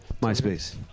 MySpace